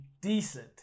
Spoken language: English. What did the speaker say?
decent